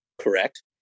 Correct